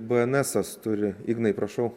bnsas turi ignai prašau